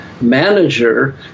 manager